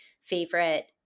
favorite